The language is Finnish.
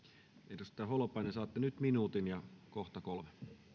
edustaja holopainen saatte nyt minuutin ja kohta kolme